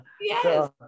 yes